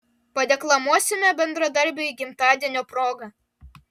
padeklamuosime bendradarbiui gimtadienio proga